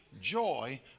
joy